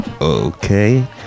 Okay